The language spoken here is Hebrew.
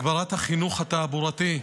הגברת החינוך התעבורתי,